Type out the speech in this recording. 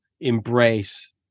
embrace